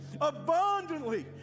abundantly